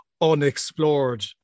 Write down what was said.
unexplored